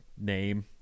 name